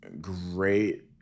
Great